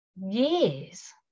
years